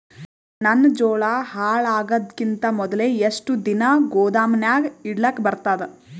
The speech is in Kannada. ನನ್ನ ಜೋಳಾ ಹಾಳಾಗದಕ್ಕಿಂತ ಮೊದಲೇ ಎಷ್ಟು ದಿನ ಗೊದಾಮನ್ಯಾಗ ಇಡಲಕ ಬರ್ತಾದ?